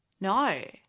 No